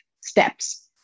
steps